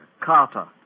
Carter